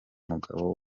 mugabo